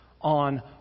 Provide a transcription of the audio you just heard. on